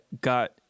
got